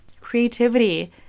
Creativity